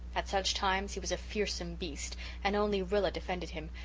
at such times he was a fearsome beast and only rilla defended him,